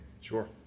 Sure